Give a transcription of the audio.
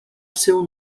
seu